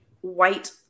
white